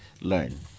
learn